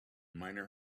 miner